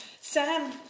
Sam